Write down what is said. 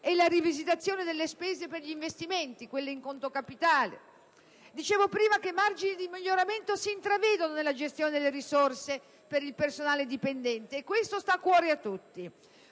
la rivisitazione delle spese per gli investimenti (quelle in conto capitale). Dicevo prima che margini di miglioramento si intravedono nella gestione delle risorse per il personale dipendente e questo sta a cuore a tutti.